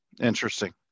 Interesting